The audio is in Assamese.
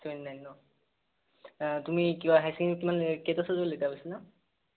চেভেনটি নাইন ন তুমি কিবা হাই ছেকেণ্ডেৰীত কিমান কেইটা চাবজেক্টত লেটাৰ পাইছিলা